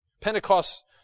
Pentecost